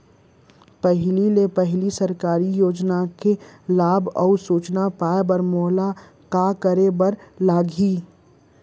पहिले ले पहिली सरकारी योजना के लाभ अऊ सूचना पाए बर मोला का करे बर लागही?